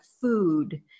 food